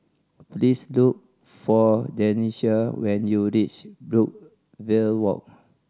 please look for Denisha when you reach Brookvale Walk